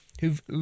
who've